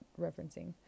referencing